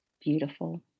Beautiful